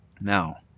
Now